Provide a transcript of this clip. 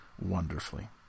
wonderfully